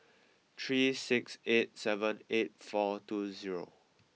three six eight seven eight four two zero